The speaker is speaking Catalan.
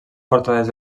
portades